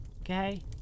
Okay